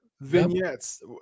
Vignettes